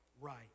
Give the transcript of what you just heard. right